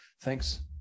thanks